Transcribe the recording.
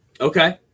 Okay